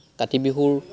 কাতি বিহুৰ